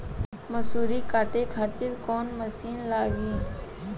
मसूरी काटे खातिर कोवन मसिन लागी?